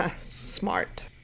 smart